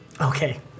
Okay